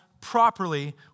properly